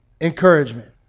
encouragement